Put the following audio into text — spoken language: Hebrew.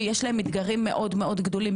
שיש להם אתגרים מאוד גדולים,